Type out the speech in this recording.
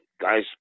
guys